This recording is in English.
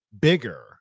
bigger